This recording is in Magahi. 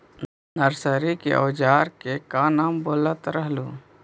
नरसरी के ओजार के क्या नाम बोलत रहलू?